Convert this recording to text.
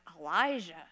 Elijah